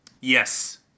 Yes